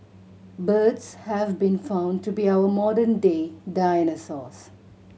birds have been found to be our modern day dinosaurs